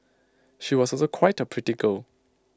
she was also quite A pretty girl